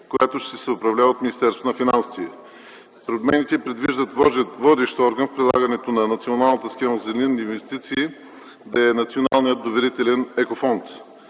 която ще се управлява от Министерството на финансите. Промените предвиждат водещ орган в прилагането на Националната схема „Зелени инвестиции” да е Националният доверителен екофонд.